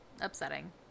upsetting